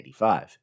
1985